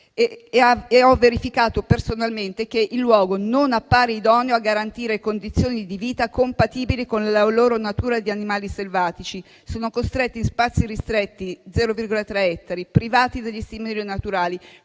e ha verificato personalmente che il luogo non appare idoneo a garantire condizioni di vita compatibili con la loro natura di animali selvatici: sono costretti in spazi troppo ristretti (0,3 ettari), privati degli stimoli naturali,